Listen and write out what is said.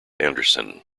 anderson